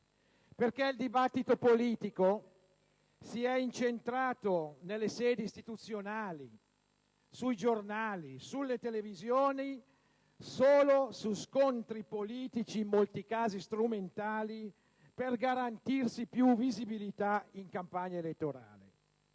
essere. Il dibattito politico, infatti, si è incentrato nelle sedi istituzionali, sui giornali e sui programmi televisivi, solo su scontri politici, in molti casi strumentali, per garantirsi più visibilità in campagna elettorale.